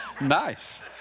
Nice